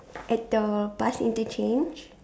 at the bus interchange